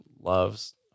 loves